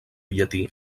llatí